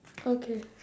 okay